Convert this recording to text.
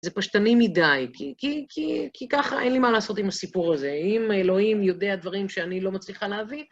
זה פשטני מדי, כי ככה אין לי מה לעשות עם הסיפור הזה. אם האלוהים יודע דברים שאני לא מצליחה להבין...